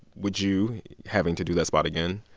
would you having to do that spot again,